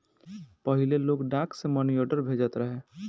पहिले लोग डाक से मनीआर्डर भेजत रहे